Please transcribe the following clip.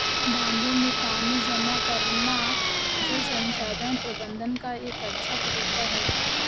बांधों में पानी जमा करना जल संसाधन प्रबंधन का एक अच्छा तरीका है